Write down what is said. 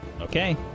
Okay